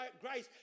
grace